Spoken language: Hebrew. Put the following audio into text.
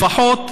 לפחות,